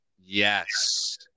Yes